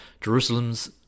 Jerusalem's